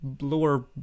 lower